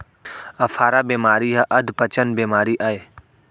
अफारा बेमारी हर अधपचन बेमारी अय